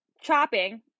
chopping